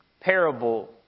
parable